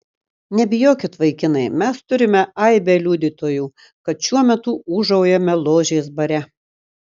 nebijokit vaikinai mes turime aibę liudytojų kad šiuo metu ūžaujame ložės bare